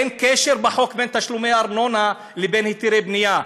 אין קשר בחוק בין תשלומי ארנונה לבין היתרי בנייה.